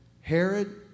Herod